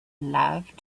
love